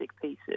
pieces